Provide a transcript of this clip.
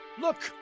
Look